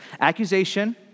Accusation